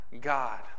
God